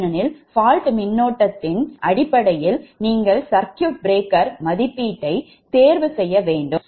ஏனெனில் fault மின்னோட்டத்தின் அடிப்படையில் நீங்கள் சர்க்யூட் பிரேக்கர் மதிப்பீட்டைத் தேர்வு செய்ய வேண்டும்